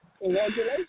Congratulations